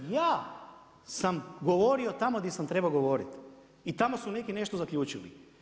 Ja sam govorio tamo di sam trebao govoriti i tamo su neki nešto zaključili.